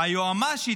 היועמ"שית,